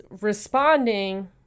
responding